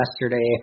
yesterday